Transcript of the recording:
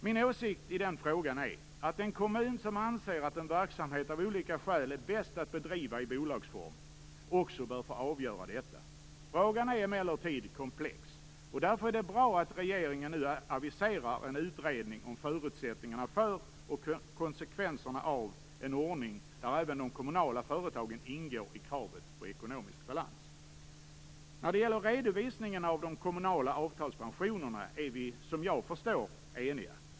Min åsikt i den frågan är att en kommun som anser att en verksamhet av olika skäl är bäst att bedriva i bolagsform också bör få avgöra detta. Frågan är emellertid komplex. Det är därför bra att regeringen aviserar en utredning om förutsättningarna för och konsekvenserna av en ordning där även de kommunala företagen ingår i kravet på ekonomisk balans. När det gäller redovisning av de kommunala avtalspensionerna är vi såvitt jag förstår eniga.